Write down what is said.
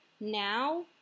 now